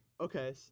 okay